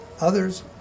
Others